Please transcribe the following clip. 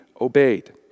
obeyed